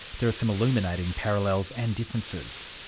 there are some illuminating parallels and differences.